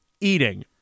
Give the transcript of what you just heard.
eating